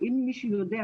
אם מישהו יודע,